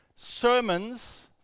sermons